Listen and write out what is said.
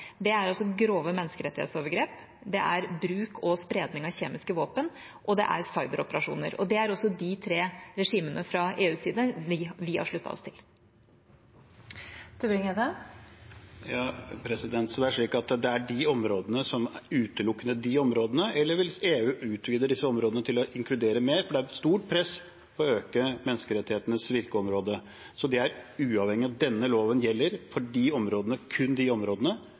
Det er altså grove menneskerettighetsovergrep. Det er bruk og spredning av kjemiske våpen. Og det er cyberoperasjoner. Det er også de tre regimene fra EUs side vi har sluttet oss til. Så det er slik at det er de områdene, utelukkende de områdene, eller vil EU utvide disse områdene til å inkludere mer? Det er stort press på å øke menneskerettighetenes virkeområde. Er det uavhengig av det, slik at denne loven gjelder for de områdene, kun de områdene,